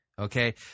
Okay